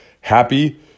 happy